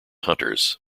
hunters